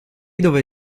dove